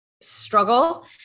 struggle